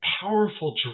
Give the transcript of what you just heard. powerful